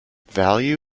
value